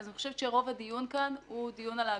אז אני חושבת שרוב הדיון כאן הוא דיון על העגבניות,